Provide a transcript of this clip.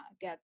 get